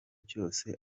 cyose